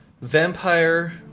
Vampire